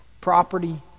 property